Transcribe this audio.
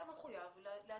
אתה מחויב להציג